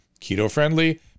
keto-friendly